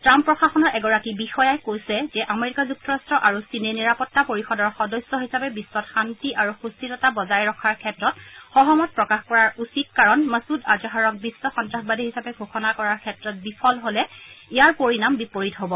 Trump প্ৰশাসনৰ এগৰাকী বিষয়াই কৈছে যে আমেৰিকা যুক্তৰাট্ট আৰু চীনে নিৰাপত্তা পৰিষদৰ সদস্য হিচাপে বিশ্বত শান্তি আৰু সুস্থিৰতা বজাই ৰখাৰ ক্ষেত্ৰত সহমত প্ৰকাশ কৰা উচিত কাৰণ মছুদ আজহাৰক বিশ্ব সন্তাসবাদী হিচাপে ঘোষণা কৰাৰ ক্ষেত্ৰত বিফল হলে ইয়াৰ পৰিনাম বিপৰীত হব